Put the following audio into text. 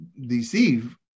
deceive